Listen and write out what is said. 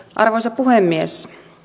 arvoisa puhemies